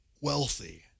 wealthy